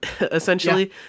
essentially